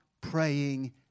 praying